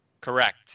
Correct